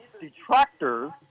detractors